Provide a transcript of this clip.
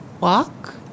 walk